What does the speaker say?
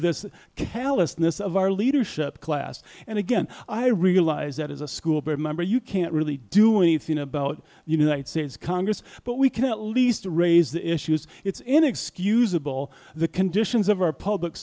this callousness of our leadership class and again i realize that as a school board member you can't really do anything about the united states congress but we can at least raise the issues it's inexcusable the conditions of our public